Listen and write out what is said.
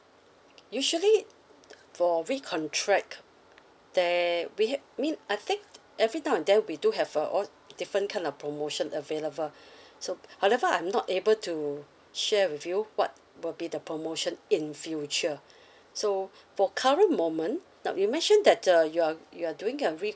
usually for recontract there we ha~ mean I think every time and then we have all~ different kind of promotion available so however I'm not able to share with you what will be the promotion in future so for current moment now you mention that uh you are you're doing a re